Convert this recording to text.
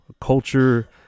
culture